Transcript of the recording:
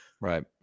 Right